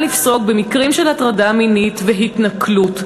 לפסוק במקרים של הטרדה מינית והתנכלות,